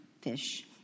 fish